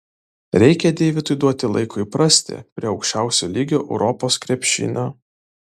reikia deividui duoti laiko įprasti prie aukščiausio lygio europos krepšinio